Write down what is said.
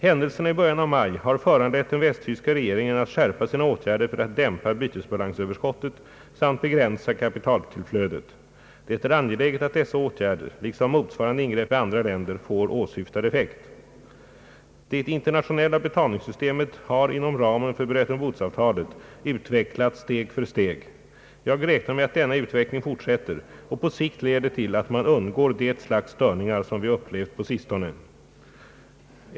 Händelserna i början av maj har föranlett den västtyska regeringen att skärpa sina åtgärder för att dämpa bytesbalansöverskottet samt begränsa kapitaltillflödet. Det är angeläget att dessa åtgärder, liksom motsvarande ingrepp i andra länder, får åsyftad effekt. Det internationella betalningssystemet har inom ramen för Bretton Woodsavtalet utvecklats steg för steg. Jag räknar med att denna utveckling fortsätter och på sikt leder till att man undgår det slags störningar som vi upplevt på sistone.